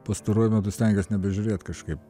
pastaruoju metu stengiuos nebežiūrėt kažkaip